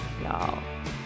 y'all